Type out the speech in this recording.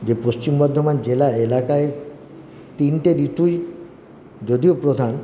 যে পশ্চিম বর্ধমান জেলা এলাকায় তিনটে ঋতুই যদিও প্রধান